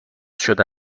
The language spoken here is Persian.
شده